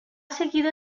seguido